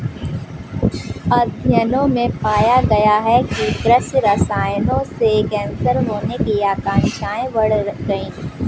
अध्ययनों में पाया गया है कि कृषि रसायनों से कैंसर होने की आशंकाएं बढ़ गई